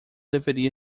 deveria